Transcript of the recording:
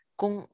kung